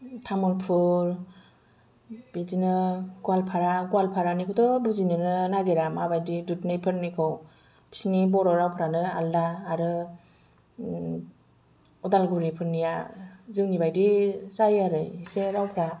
तामुलपुर बिदिनो गवालपारा गवालपारानिखौथ' बुजिनोनो नागिरा माबायदि दुधनैफोरनिखौ बिसोरनि बर' रावफोरानो आलादा आरो उदालगुरिफोरनिया जोंनि बायदि जायो आरो इसे रावफोरा